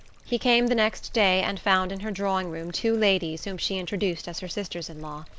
he came the next day and found in her drawing-room two ladies whom she introduced as her sisters-in-law.